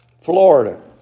Florida